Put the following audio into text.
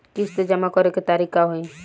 किस्त जमा करे के तारीख का होई?